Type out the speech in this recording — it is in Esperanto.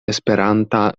esperanta